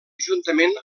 juntament